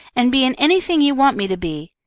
and be in anything you want me to be.